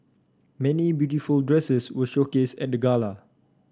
many beautiful dresses were showcased at the gala